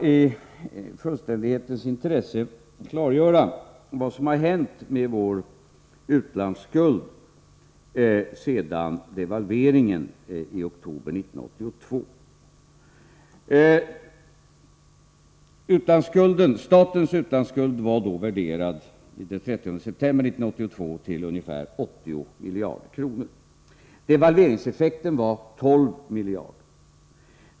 I fullständighetens intresse vill jag klargöra vad som hänt med vår utlandsskuld sedan devalveringen i oktober 1982. Statens utlandsskuld värderades den 30 september 1982 till ungefär 80 miljarder kronor. Devalveringseffekten svarade för 12 miljarder kronor.